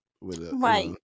Right